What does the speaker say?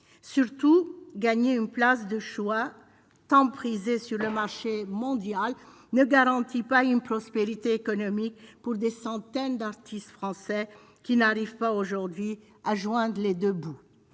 surtout gagner une place de choix tant prisée sur le marché mondial ne garantit pas une prospérité économique pour des centaines d'artistes français qui n'arrivent pas aujourd'hui à joindre les 2 bouts,